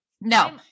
No